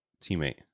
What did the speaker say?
teammate